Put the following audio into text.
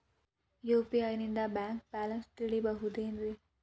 UPI ನಿಂದ bank balance ತಿಳಿಬಹುದೇನ್ರಿ?